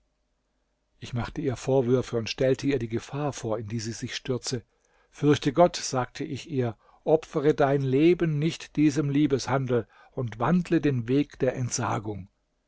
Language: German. ich machte ihr vorwürfe und stellte ihr die gefahr vor in die sie sich stürze fürchte gott sagte ich ihr opfere dein leben nicht diesem liebeshandel und wandle den weg der entsagung